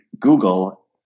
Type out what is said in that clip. Google